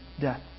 death